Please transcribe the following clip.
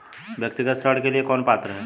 व्यक्तिगत ऋण के लिए कौन पात्र है?